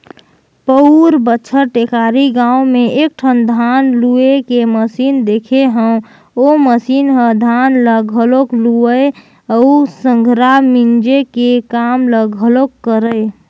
पउर बच्छर टेकारी गाँव में एकठन धान लूए के मसीन देखे हंव ओ मसीन ह धान ल घलोक लुवय अउ संघरा मिंजे के काम ल घलोक करय